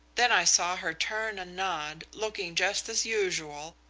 then i saw her turn and nod, looking just as usual,